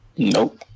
Nope